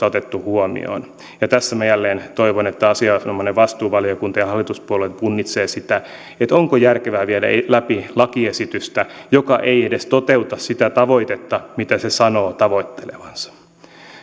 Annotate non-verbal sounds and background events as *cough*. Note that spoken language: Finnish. *unintelligible* otettu huomioon tässä minä jälleen toivon että asianomainen vastuuvaliokunta ja hallituspuolueet punnitsevat sitä onko järkevää viedä läpi lakiesitystä joka ei edes toteuta sitä tavoitetta mitä se sanoo tavoittelevansa